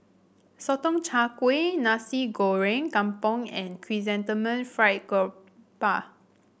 Sotong Char Kway Nasi Goreng Kampung and Chrysanthemum Fried Garoupa